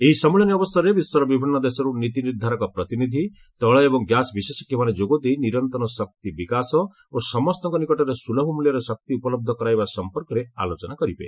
ଏହି ସମ୍ମିଳନୀ ଅବସରରେ ବିଶ୍ୱର ବିଭିନ୍ନ ଦେଶରୁ ନୀତି ନିର୍ଦ୍ଧାରକ ପ୍ରତିନିଧି ତୈଳ ଏବଂ ଗ୍ୟାସ୍ ବିଶେଷଜ୍ଞମାନେ ଯୋଗଦେଇ ନିରନ୍ତର ଶକ୍ତି ବିକାଶ ଓ ସମସ୍ତଙ୍କ ନିକଟରେ ସୁଲଭ ମୂଲ୍ୟରେ ଶକ୍ତି ଉପଲହ୍ଧ କରାଇବା ସମ୍ପର୍କରେ ଆଲୋଚନା କରିବେ